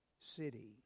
city